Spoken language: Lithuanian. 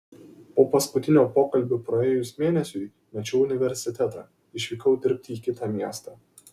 po paskutinio pokalbio praėjus mėnesiui mečiau universitetą išvykau dirbti į kitą miestą